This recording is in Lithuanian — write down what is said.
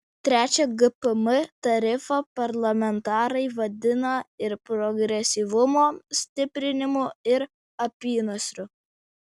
trečią gpm tarifą parlamentarai vadina ir progresyvumo stiprinimu ir apynasriu